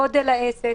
גודל העסק,